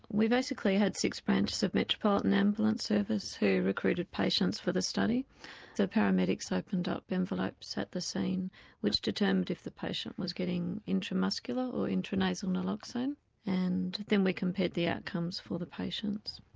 we basically had six branches of metropolitan ambulance service who recruited patients for the study so paramedics opened up envelopes at the scene which determined if the patient was getting intramuscular or intranasal naloxone and then we compared the outcomes for the patients.